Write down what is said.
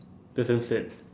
that's damn sad